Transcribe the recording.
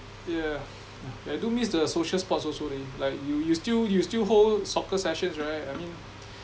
yeah I do miss the social sports also leh like you you still you still hold soccer sessions right I mean